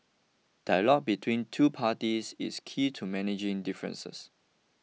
dialogue between two parties is key to managing differences